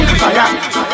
fire